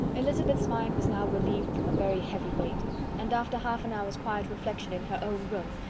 elizabeth's mind was now relieved from a very heavy weight and, after half an hour's quiet reflection in her own room,